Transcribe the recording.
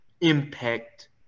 impact